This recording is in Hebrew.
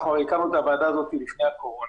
הקמנו את הוועדה הזאת לפני הקורונה.